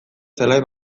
zelai